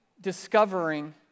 discovering